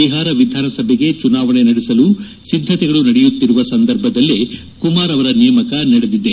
ಬಿಹಾರ ವಿಧಾನಸಭೆಗೆ ಚುನಾವಣೆ ನಡೆಸಲು ಸಿದ್ದತೆಗಳು ನಡೆಯುತ್ತಿರುವ ಸಂದರ್ಭದಲ್ಲೇ ಕುಮಾರ್ ಅವರ ನೇಮಕ ನಡೆದಿದೆ